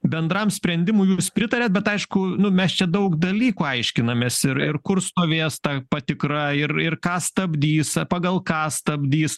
bendram sprendimui pritariat bet aišku nu mes čia daug dalykų aiškinamės ir ir kur stovės ta patikra ir ir ką stabdys pagal ką stabdys